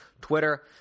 Twitter